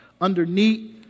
underneath